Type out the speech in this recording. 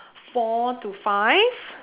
four to five